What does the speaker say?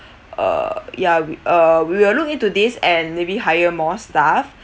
uh ya we uh we will look into this and maybe hire more staff